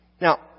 Now